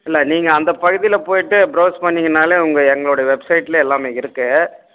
இல்லை நீங்கள் அந்த பகுதியில் போய்ட்டு ப்ரௌஸ் பண்ணிங்கன்னாலே உங்கள் எங்களோட வெப்சைட்டில் எல்லாமே இருக்கு